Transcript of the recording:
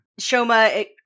Shoma